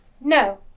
No